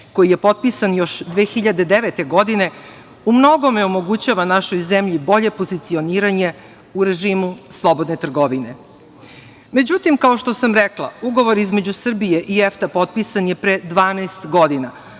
koji je potpisan još 2009. godine, umnogome omogućava našoj zemlji bolje pozicioniranje u režim u slobodne trgovine.Međutim, kao što sam i rekla, ugovor između Srbije i EFTA potpisan je pre 12 godina,